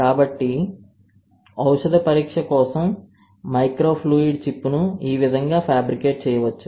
కాబట్టి ఔషధ పరీక్ష కోసం మైక్రోఫ్లూయిడ్ చిప్ను ఈ విధంగా ఫ్యాబ్రికేట్ చేయవచ్చు